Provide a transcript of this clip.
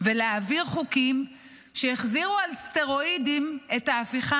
ולהעביר חוקים שהחזירו על סטרואידים את ההפיכה